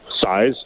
size